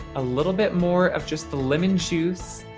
a little bit more of just the lemon juice,